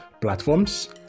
platforms